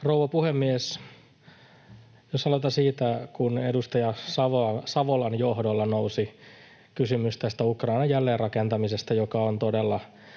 Rouva puhemies! Jos aloitan siitä, kun edustaja Savolan johdolla nousi kysymys tästä Ukrainan jälleenrakentamisesta, joka on todella,